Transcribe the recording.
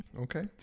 Okay